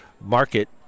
Market